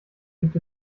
gibt